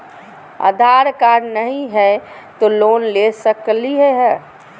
आधार card नही हय, तो लोन ले सकलिये है?